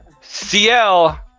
CL